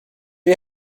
you